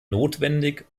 notwendig